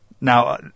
now